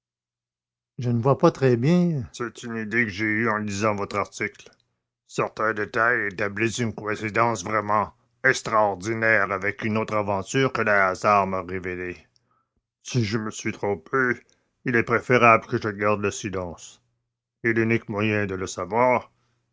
je ne vois pas très bien c'est une idée que j'ai eue en lisant votre article certains détails établissent une coïncidence vraiment extraordinaire avec une autre aventure que le hasard m'a révélée si je me suis trompé il est préférable que je garde le silence et l'unique moyen de le savoir